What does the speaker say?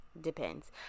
depends